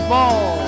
Ball